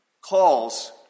calls